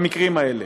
במקרים האלה.